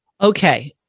Okay